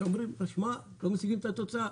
ואז אומרים שלא מסיגים את התוצאה.